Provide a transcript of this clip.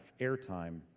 airtime